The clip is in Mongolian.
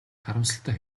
харамсалтай